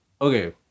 okay